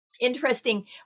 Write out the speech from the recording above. interesting